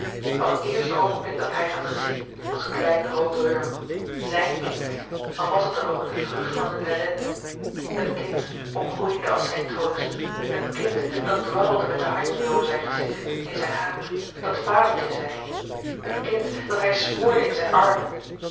van het eerste oogenblik dat hij het had gezien als klein rood wurm zijn kind al was het dan ook de vrucht van hun ellende het kind opgroeiende als zijn troost het kind dat dwarrelde met de handjes over zijn gezicht in zijn haar dat vadertje zei het kind dat hij smoorde in zijn armen